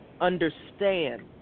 understand